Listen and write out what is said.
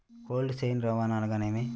Cold chain రవాణా అనగా నేమి?